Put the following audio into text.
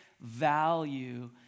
value